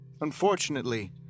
Unfortunately